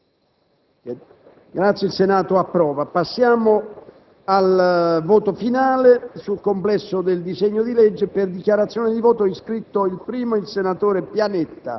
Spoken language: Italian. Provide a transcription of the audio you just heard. *Il Senato approva